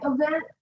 event